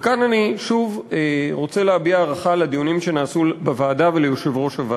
וכאן אני שוב רוצה להביע הערכה על הדיונים בוועדה וליושב-ראש הוועדה,